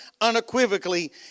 unequivocally